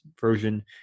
version